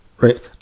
right